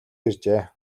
иржээ